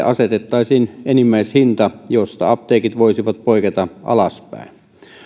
asetettaisiin enimmäishinta josta apteekit voisivat poiketa alaspäin